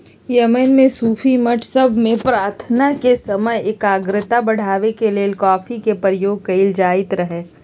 Yemen में सूफी मठ सभ में प्रार्थना के समय एकाग्रता बढ़ाबे के लेल कॉफी के प्रयोग कएल जाइत रहै